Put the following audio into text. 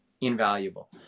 invaluable